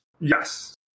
Yes